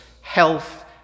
health